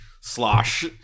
slosh